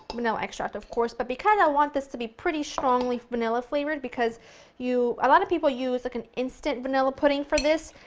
but vanilla extract of course. but because i want this to be pretty strongly vanilla flavored, because a lot of people use, like an instant vanilla pudding for this.